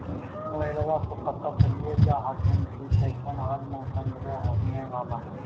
मोबाईलबा से पता चलिये जा हखिन की कैसन आज मौसम रहे बाला है?